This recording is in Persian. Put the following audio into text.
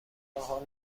ماها